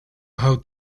how